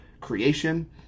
creation